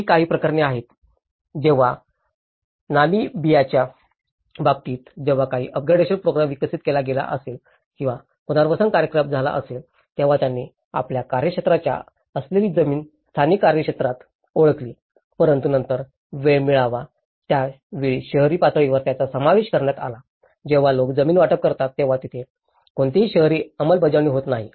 अशीही काही प्रकरणे आहेत जेव्हा नामीबियाच्या बाबतीत जेव्हा काही अपग्रेडेशन प्रोग्राम विकसित केला गेला असेल किंवा पुनर्वास कार्यक्रम झाला असेल तेव्हा त्यांनी आपल्या कार्यक्षेत्रात असलेली जमीन स्थानिक कार्यक्षेत्रात ओळखली परंतु नंतर वेळ मिळाला त्या वेळी शहरी पातळीवर त्याचा समावेश करण्यात आला जेव्हा लोक जमीन वाटप करतात तेव्हा तेथे कोणतीही शहरी अंमलबजावणी होत नाही